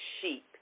sheep